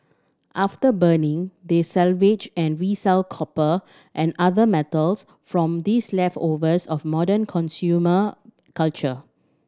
after burning they salvage and resell copper and other metals from these leftovers of modern consumer culture